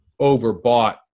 overbought